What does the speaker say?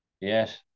Yes